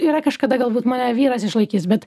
yra kažkada galbūt mane vyras išlaikys bet